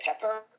pepper